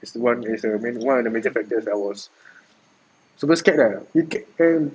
is the one is one of the major factors I was super scared lah you get and